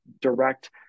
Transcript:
direct